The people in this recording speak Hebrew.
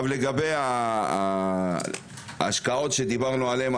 לגבי ההשקעות שדיברנו עליהן,